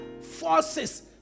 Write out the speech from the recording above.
forces